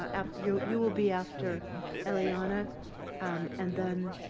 ah um you you will be after eliana and then,